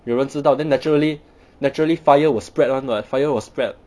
有人知道 then naturally naturally fire will spread [one] what fire will spread